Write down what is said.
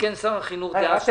תיקן שר החינוך דאז את